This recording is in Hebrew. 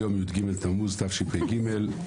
היום י"ג תמוז התשפ"ג.